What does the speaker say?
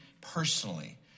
personally